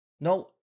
No